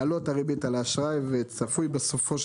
להעלות את הריבית על האשראי ובסופו של